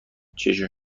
چششون